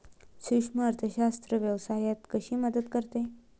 सूक्ष्म अर्थशास्त्र व्यवसायात कशी मदत करते?